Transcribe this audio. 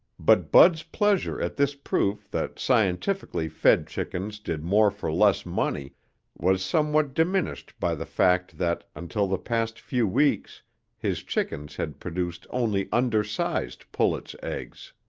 but bud's pleasure at this proof that scientifically fed chickens did more for less money was somewhat diminished by the fact that until the past few weeks his chickens had produced only undersized pullets' eggs.